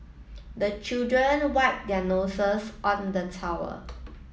the children wipe their noses on the towel